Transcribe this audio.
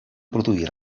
produir